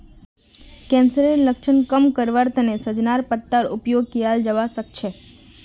कैंसरेर लक्षणक कम करवार तने सजेनार पत्तार उपयोग कियाल जवा सक्छे